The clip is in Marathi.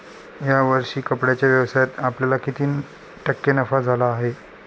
या वर्षी कपड्याच्या व्यवसायात आपल्याला किती टक्के नफा झाला आहे?